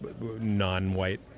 non-white